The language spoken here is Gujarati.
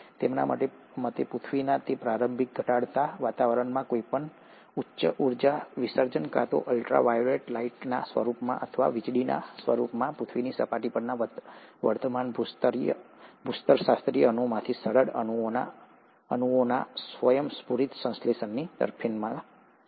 તેમના મતે પૃથ્વીના તે પ્રારંભિક ઘટાડતા વાતાવરણમાં કોઈપણ ઉચ્ચ ઉર્જા વિસર્જન કાં તો અલ્ટ્રા વાયોલેટ લાઇટના સ્વરૂપમાં અથવા વીજળીના રૂપમાં પૃથ્વીની સપાટી પરના વર્તમાન ભૂસ્તરશાસ્ત્રીય અણુઓમાંથી સરળ અણુઓના સ્વયંસ્ફુરિત સંશ્લેષણની તરફેણ કરશે